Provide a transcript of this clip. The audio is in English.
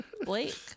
Blake